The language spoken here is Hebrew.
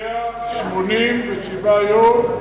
187 יום.